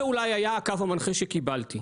זה אולי היה הקו המנחה שקיבלתי.